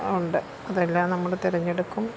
ഉണ്ട് അതെല്ലാം നമ്മൾ തെരഞ്ഞെടുക്കും